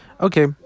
Okay